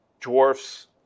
dwarfs